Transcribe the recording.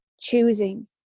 choosing